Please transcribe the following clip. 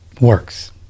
works